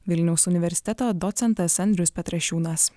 vilniaus universiteto docentas andrius petrašiūnas